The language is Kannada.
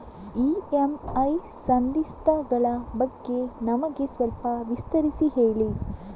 ಇ.ಎಂ.ಐ ಸಂಧಿಸ್ತ ಗಳ ಬಗ್ಗೆ ನಮಗೆ ಸ್ವಲ್ಪ ವಿಸ್ತರಿಸಿ ಹೇಳಿ